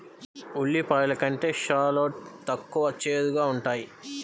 ఉల్లిపాయలు కంటే షాలోట్ తక్కువ చేదుగా ఉంటాయి